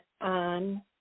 on